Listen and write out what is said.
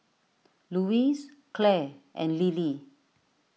Louise Clare and Lillie